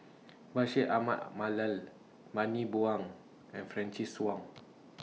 Bashir Ahmad Mallal Bani Buang and Francis Wong